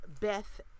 Beth